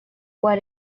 what